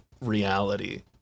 reality